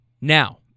Now